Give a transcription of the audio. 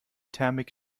thermik